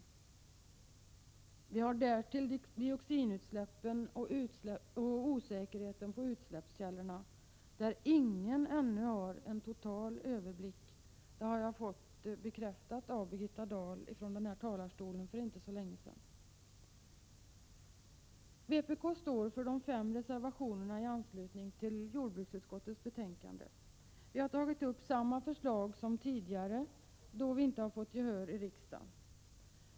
Därtill har vi dioxinutsläppen och osäkerheten beträffande utsläppskällorna, där ingen ännu har en total överblick — det har jag fått bekräftat av Birgitta Dahl från den här talarstolen för inte så länge sedan. Vpk står för de fem reservationerna till jordbruksutskottets betänkande 9. Vi har tagit upp samma förslag som tidigare, då vi inte har fått gehör för dem i riksdagen.